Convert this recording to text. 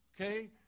Okay